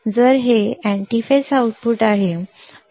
तर हे antiphase output आहे